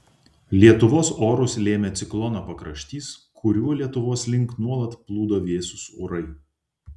lietuvos orus lėmė ciklono pakraštys kuriuo lietuvos link nuolat plūdo vėsūs orai